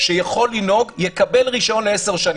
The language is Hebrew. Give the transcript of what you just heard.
שיכול לנהוג, יקבל רישיון ל-10 שנים.